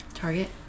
target